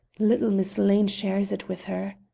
little miss lane shares it with her.